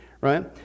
Right